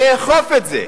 לאכוף את זה.